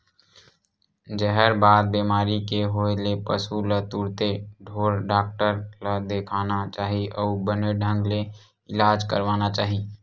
जहरबाद बेमारी के होय ले पसु ल तुरते ढ़ोर डॉक्टर ल देखाना चाही अउ बने ढंग ले इलाज करवाना चाही